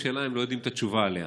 שאלה אם לא יודעים את התשובה עליה.